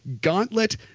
gauntlet